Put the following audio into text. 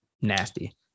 nasty